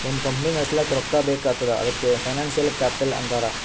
ಒಂದ್ ಕಂಪನಿ ನಡುಸ್ಲಾಕ್ ರೊಕ್ಕಾ ಬೇಕ್ ಆತ್ತುದ್ ಅದಕೆ ಫೈನಾನ್ಸಿಯಲ್ ಕ್ಯಾಪಿಟಲ್ ಅಂತಾರ್